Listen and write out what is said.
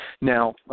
Now